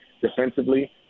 Defensively